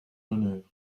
honneur